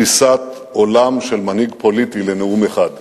תפיסת עולם של מנהיג פוליטי לנאום אחד.